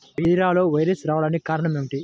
బీరలో వైరస్ రావడానికి కారణం ఏమిటి?